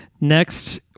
Next